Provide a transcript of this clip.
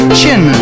chin